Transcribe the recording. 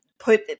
put